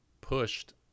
pushed